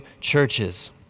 churches